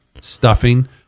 stuffing